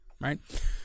right